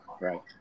right